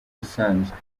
usanzwe